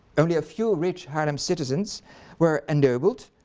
only a few rich haarlem citizens were ennobled,